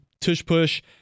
tush-push